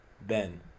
ben